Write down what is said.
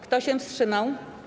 Kto się wstrzymał?